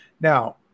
Now